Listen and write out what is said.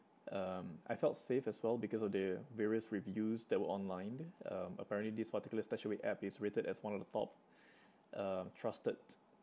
um I felt safe as well because of the various reviews that were online um apparently this particular Stashaway app is rated as one of the top uh trusted